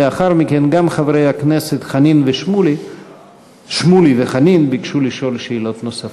לאחר מכן גם חברי הכנסת שמולי וחנין ביקשו לשאול שאלות נוספות.